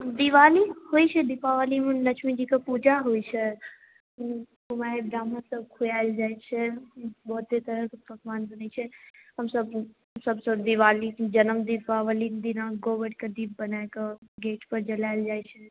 दिवाली होइ छै दीपावलीमे लक्ष्मी जीके पूजा होइ छै कुमारि ब्राह्मण सभ खुवाओल जाइ छै बहुते तरहक पकवान बनै छै हमसभ सभसँ दीवाली पूजा दिन दीपावली दिना गोबरके दीप बनाकऽ गेटपर जलायल जाइ छै